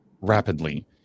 rapidly